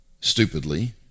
stupidly